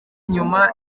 nyuma